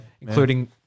including